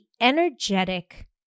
energetic